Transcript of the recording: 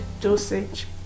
dosage